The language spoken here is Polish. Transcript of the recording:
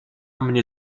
mnie